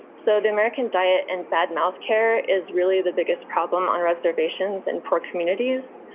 so the american diet and bad mouth care is really the biggest problem on reservations in poor communities.